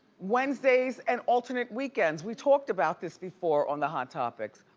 wednesdays and alternate weekends. we talked about this before on the hot topics.